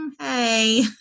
Hey